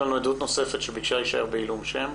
יש לנו עדה נוספת שביקשה להישאר בעילום שם,